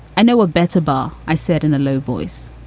i know a better bar. i said in a low voice.